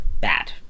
bad